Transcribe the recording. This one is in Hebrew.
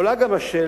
עולה גם השאלה: